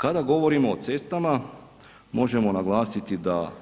Kada govorimo o cestama, možemo naglasiti da